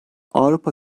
avrupa